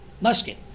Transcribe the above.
musket